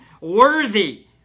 Worthy